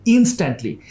Instantly